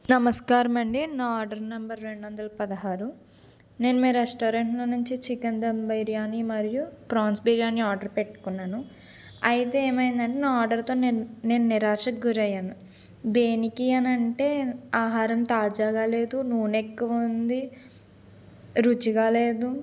నమస్కారమండి నా order number రెండు వందల పదహారు నేను మీ రెస్టారెంట్లో నుంచి చికెన్ దమ్ బిర్యాని మరియు ప్రాన్స్ బిర్యానీ ఆర్డర్ పెట్టుకున్నాను అయితే ఏమైందని నా ఆర్డర్తో నేను నేను నిరాశకు గురయ్యాను దేనికి అని అంటే ఆహారం తాజాగా లేదు నూనె ఎక్కువ ఉంది రుచిగా లేదు